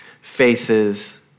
faces